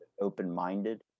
open-minded